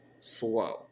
slow